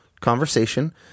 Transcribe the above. conversation